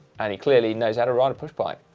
and he clearly knows how to ride a push bike.